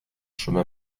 chemin